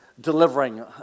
delivering